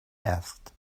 asked